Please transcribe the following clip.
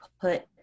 put